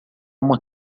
uma